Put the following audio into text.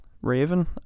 Raven